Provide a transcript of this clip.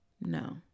no